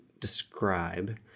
describe